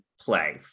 play